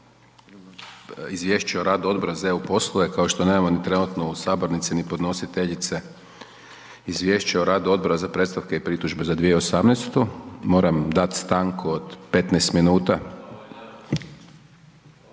izvješća o radu Odbora za eu poslove kao što nemamo trenutno u sabornici ni podnositeljice Izvješća Odbora za predstavke i pritužbe za 2018. moram dati stanku od 15 minuta.